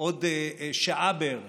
בעוד שעה בערך